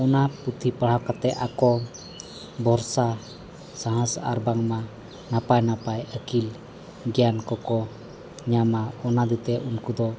ᱚᱱᱟ ᱯᱩᱛᱷᱤ ᱯᱟᱲᱦᱟᱣ ᱠᱟᱛᱮᱫ ᱟᱠᱚ ᱵᱷᱚᱨᱥᱟ ᱥᱟᱦᱚᱥ ᱟᱨ ᱵᱟᱝᱢᱟ ᱱᱟᱯᱟᱭᱼᱱᱟᱯᱟᱭ ᱟᱹᱠᱤᱞ ᱜᱮᱭᱟᱱ ᱠᱚᱠᱚ ᱧᱟᱢᱟ ᱚᱱᱟ ᱦᱚᱛᱮᱜ ᱛᱮ ᱩᱱᱠᱩ ᱫᱚ